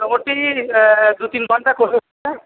মোটামোটি দু তিন ঘন্টা করবে